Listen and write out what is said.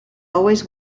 always